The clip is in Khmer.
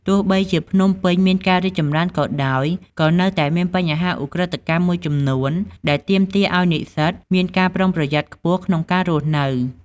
ទោះបីជាភ្នំពេញមានការរីកចម្រើនក៏ដោយ ក៏នៅតែមានបញ្ហាឧក្រិដ្ឋកម្មមួយចំនួនដែលទាមទារឲ្យនិស្សិតមានការប្រុងប្រយ័ត្នខ្ពស់ក្នុងការរស់នៅ។